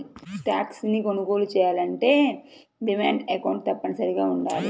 stocks ని కొనుగోలు చెయ్యాలంటే డీమాట్ అకౌంట్ తప్పనిసరిగా వుండాలి